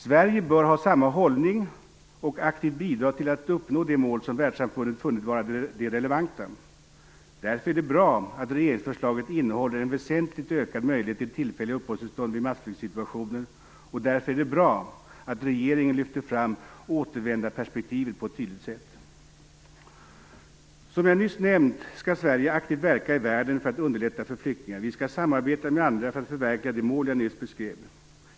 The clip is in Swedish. Sverige bör ha samma hållning och aktivt bidra till att uppnå de mål som världssamfundet funnit vara de relevanta. Därför är det bra att regeringsförslaget innehåller en väsentligt ökad möjlighet till tillfälliga uppehållstillstånd vid massflyktssituationer, och därför är det bra att regeringen lyfter fram återvändarperspektivet på ett tydligt sätt. Som jag nyss nämnt skall Sverige aktivt verka i världen för att underlätta för flyktingar. Vi skall samarbeta med andra för att förverkliga de mål jag nyss beskrev.